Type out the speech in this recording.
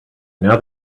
now